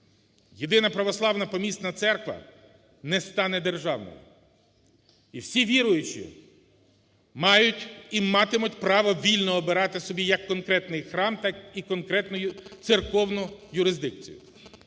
Єдина Православна Помісна Церква не стане державною, і всі віруючі мають і матимуть право вільно обирати собі як конкретний храм, так і конкретну церковну юрисдикцію.